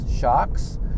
shocks